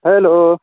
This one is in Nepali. हेलो